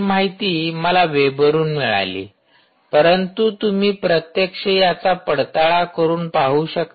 ही माहिती मला वेब वरून मिळाली परंतु तुम्ही प्रत्यक्ष याचा पडताळा करून पाहू शकता